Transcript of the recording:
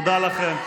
תודה לכם.